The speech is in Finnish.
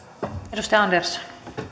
arvoisa puhemies